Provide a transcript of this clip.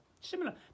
Similar